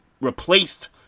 replaced